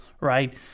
right